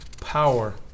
power